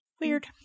Weird